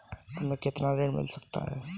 हमें कितना ऋण मिल सकता है?